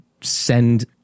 send